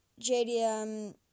JDM